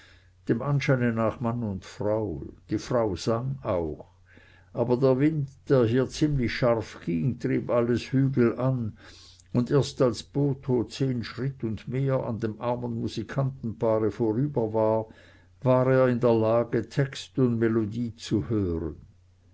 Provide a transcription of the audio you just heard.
dem anscheine nach mann und frau die frau sang auch aber der wind der hier ziemlich scharf ging trieb alles hügelan und erst als botho zehn schritt und mehr an dem armen musikantenpaare vorüber war war er in der lage text und melodie zu hören